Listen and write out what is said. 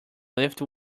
lifted